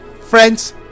Friends